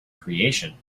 creation